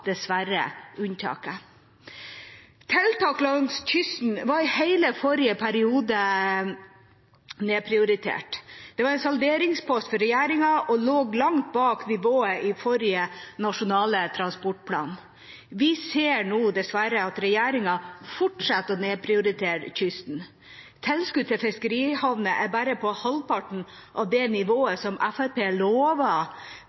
dessverre unntaket. Tiltak langs kysten var i hele forrige periode nedprioritert. Det var en salderingspost for regjeringen og lå langt bak nivået i forrige nasjonale transportplan. Vi ser nå dessverre at regjeringen fortsetter å nedprioritere kysten. Tilskuddet til fiskerihavner er bare på halvparten av det